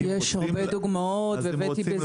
אם אתם רוצים להעביר לנו